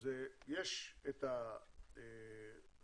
זה יש את החברות,